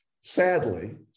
sadly